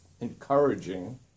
encouraging